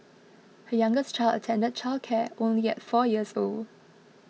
her youngest child attended childcare only at four years old